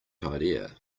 idea